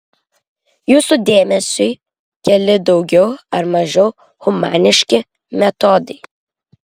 jūsų dėmesiui keli daugiau ar mažiau humaniški metodai